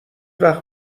وقت